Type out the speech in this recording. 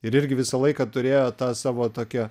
ir irgi visą laiką turėjo tą savo tokią